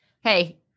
hey